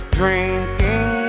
drinking